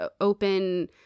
open